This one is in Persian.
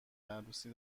عروسی